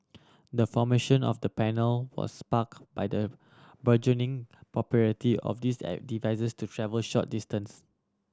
the formation of the panel was spark by the burgeoning popularity of these devices to travel short distance